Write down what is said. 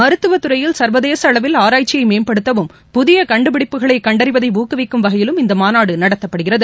மருத்துவத் துறையில் சர்வதேச அளவில் ஆராய்ச்சியை மேம்படுத்தவும் புதிய கண்டுபிடிப்புகளை கண்டறிவதை ஊக்குவிக்கும் வகையிலும் இந்த மாநாடு நடத்தப்படுகிறது